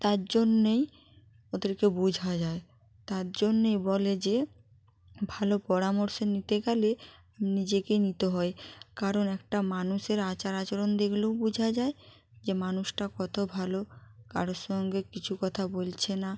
তার জন্যেই ওদেরকে বোঝা যায় তার জন্যেই বলে যে ভালো পরামর্শ নিতে গেলে নিজেকে নিতে হয় কারণ একটা মানুষের আচার আচরণ দেখলেও বোঝা যায় যে মানুষটা কতো ভালো কারোর সঙ্গে কিছু কথা বলছে না